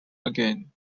again